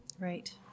right